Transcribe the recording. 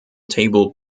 table